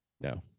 No